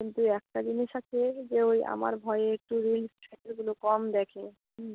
কিন্তু একটা জিনিস আছে যে ওই আমার ভয়ে একটু রিলস একটুগুলো কম দেখে হুম